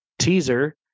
teaser